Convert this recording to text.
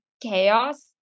chaos